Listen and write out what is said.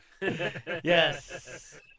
Yes